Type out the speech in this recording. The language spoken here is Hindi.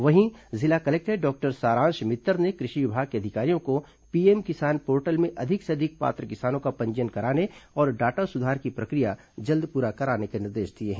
वहीं जिला कलेक्टर डॉक्टर सारांश मित्तर ने कृषि विभाग के अधिकारियों को पीएम किसान पोर्टल में अधिक से अधिक पात्र किसानों का पंजीयन कराने और डाटा सुधार की प्रक्रिया जल्द पूरा करने के निर्देश दिए हैं